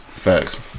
Facts